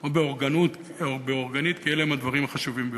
או אורגנית, כי אלה הם הדברים החשובים ביותר.